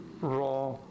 raw